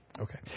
okay